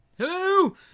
hello